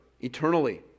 eternally